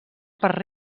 per